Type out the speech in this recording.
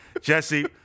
jesse